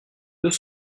deux